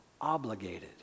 obligated